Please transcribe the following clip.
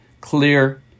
clear